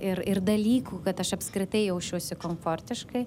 ir ir dalykų kad aš apskritai jausčiausi komfortiškai